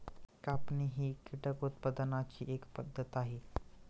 कापणी ही कीटक उत्पादनाची एक पद्धत आहे